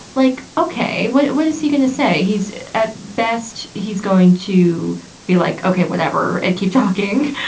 like, ok, what what is he going to say? he's at best he's going to be like, ok, whatever. keep talking.